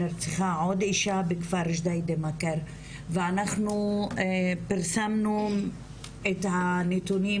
נרצחה עוד אישה בכפר ג'דיידה מכר ואנחנו פרסמנו את הנתונים,